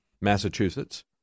Massachusetts